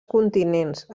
continents